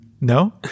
No